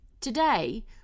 Today